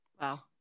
Wow